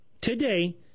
today